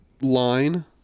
line